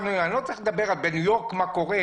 אני לא צריך לדבר על מה קורה בניו יורק,